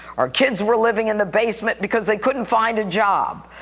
our kids were living in the basement because they couldn't find a job.